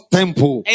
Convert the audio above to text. temple